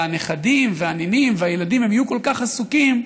והנכדים והנינים והילדים יהיו כל כך עסוקים,